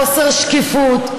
חוסר שקיפות,